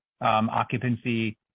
occupancy